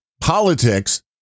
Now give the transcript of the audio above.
politics